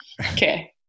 Okay